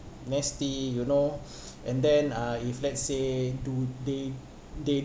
nasty you know and then uh if let's say do they they